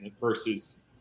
versus